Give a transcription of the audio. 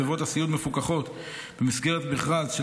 חברות הסיעוד מפוקחות במסגרת מכרז של